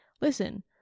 listen